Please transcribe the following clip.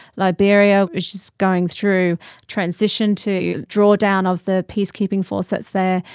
liberia which is going through transition to draw down of the peacekeeping force that's there,